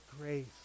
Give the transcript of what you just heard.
grace